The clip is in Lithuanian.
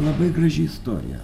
labai graži istorija